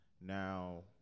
now –